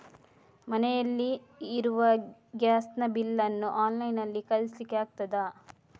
ಮನೆಯಲ್ಲಿ ಇರುವ ಗ್ಯಾಸ್ ನ ಬಿಲ್ ನ್ನು ಆನ್ಲೈನ್ ನಲ್ಲಿ ಕಳಿಸ್ಲಿಕ್ಕೆ ಆಗ್ತದಾ?